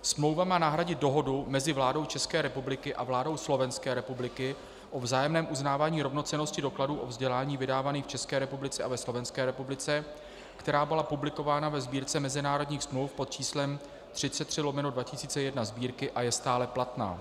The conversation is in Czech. Smlouva má nahradit Dohodu mezi vládou České republiky a vládou Slovenské republiky o vzájemném uznávání rovnocennosti dokladů o vzdělání vydávaných v České republice a ve Slovenské republice, která byla publikována ve Sbírce mezinárodních smluv pod číslem 33/2001 Sb. a je stále platná.